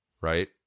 right